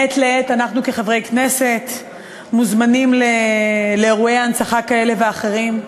מעת לעת אנחנו כחברי כנסת מוזמנים לאירועי הנצחה כאלה ואחרים,